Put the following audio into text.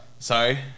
Sorry